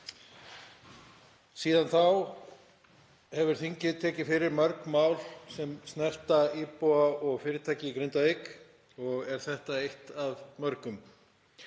Síðan þá hefur þingið tekið fyrir mörg mál sem snerta íbúa og fyrirtæki í Grindavík og er þetta eitt af mörgum.